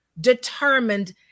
determined